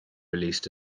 released